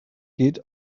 geht